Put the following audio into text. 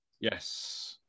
yes